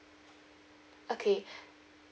okay